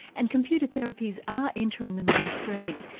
and computer therapies are entering the mainstream.